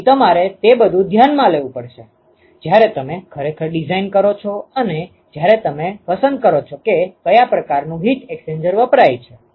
તેથી તમારે તે બધું ધ્યાનમાં લેવું પડશે જ્યારે તમે ખરેખર ડિઝાઇન કરો છો અને જ્યારે તમે પસંદ કરો છો કે કયા પ્રકારનું હીટ એક્સ્ચેન્જર વપરાય છે